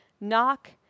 Knock